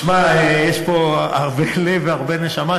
שמע, יש פה הרבה לב והרבה נשמה.